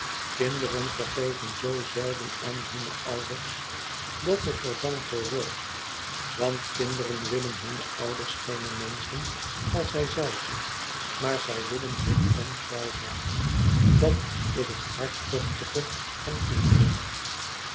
kinderen vergeven zo zelden aan hunne ouders dat ik er bang voor word want kinderen willen hunne ouders geene menschen als zijzelve maar zij willen ze onfeilbaar dàt is het hardvochtige van kinderen